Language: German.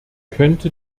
könnte